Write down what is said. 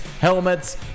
helmets